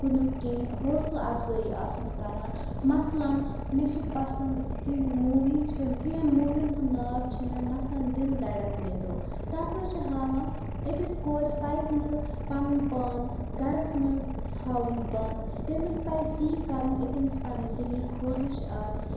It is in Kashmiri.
کُنیُٚک کینٛہہ حوصلہٕ افضٲے آسان کَران مثلن مےٚ چھِ پَسنٛد کینٛہہ موٗوِی چھِنہٕ کینٛہہ ہَن موٗوِییَن ہُنٛد ناو چھِ مےٚ مَثلن دِل دَھڑکنے دو تَتھ مںٛز چھِ ہاوان أکِس کورِ پَزِ نہٕ پَنُن پان گَرَس منٛز تھاوُن بنٛد تٔمِس پَزِ تی کَرُن یہِ تٔمِس پَنٕنۍ دِلی خوٲہِش آسہِ